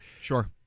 sure